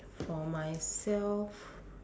for myself